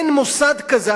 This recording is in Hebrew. אין מוסד כזה.